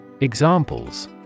Examples